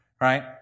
right